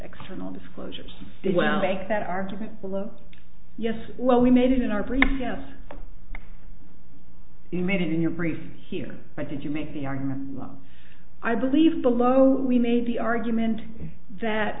external disclosures did well make that argument below yes well we made it in our brief yes you made it in your brief here by did you make the argument well i believe below we made the argument that